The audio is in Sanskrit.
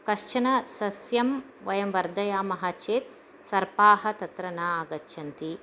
कश्चन सस्यं वयं वर्धयामः चेत् सर्पाः तत्र न आगच्छन्ति